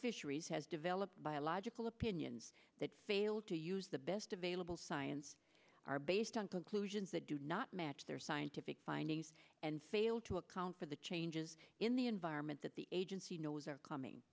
fisheries has developed biological opinions that fail to use the best available science are based on conclusions that do not match their scientific findings and fail to account for the changes in the environment that the agency knows are coming